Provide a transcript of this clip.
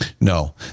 No